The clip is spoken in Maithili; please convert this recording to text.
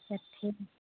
अच्छा ठीक